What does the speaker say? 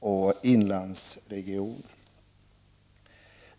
och inlandsregionen.